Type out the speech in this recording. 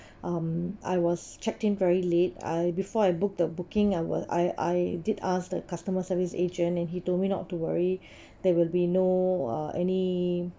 um I was checked in very late I before I booked the booking I were I I did ask the customer service agent and he told me not to worry there will be no uh any